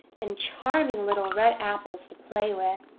and charming little red apples to play with.